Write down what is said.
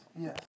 yes